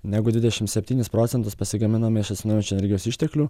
negu dvidešimt septynis procentus pasigaminame iš atsinaujinančių energijos išteklių